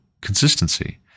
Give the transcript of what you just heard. consistency